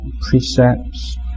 precepts